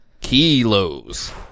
Kilos